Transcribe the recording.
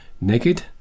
Naked